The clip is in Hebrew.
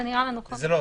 זה נראה לנו נכון יותר.